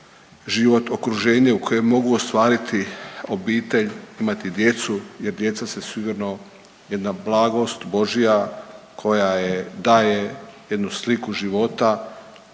život, okruženje u kojem mogu ostvariti obitelj, imati djecu? Jer djeca su sigurno jedna blagost božja koja je daje jednu sliku života